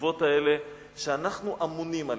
החשובות האלה שאנחנו אמונים עליהן.